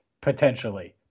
potentially